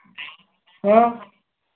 तो